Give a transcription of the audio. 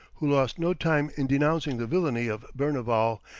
who lost no time in denouncing the villany of berneval,